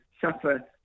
suffer